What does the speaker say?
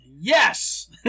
Yes